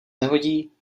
nehodí